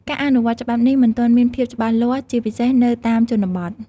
ការអនុវត្តន៍ច្បាប់នេះ មិនទាន់មានភាពច្បាស់លាស់ ជាពិសេសនៅតាមជនបទ។